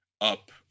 up